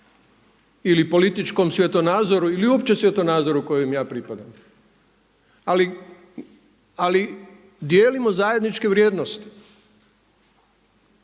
ili političkom svjetonazoru ili uopće svjetonazoru kojem ja pripadam, ali dijelimo zajedničke vrijednosti